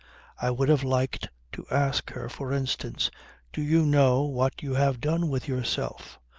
i would have liked to ask her for instance do you know what you have done with yourself?